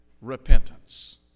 repentance